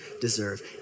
deserve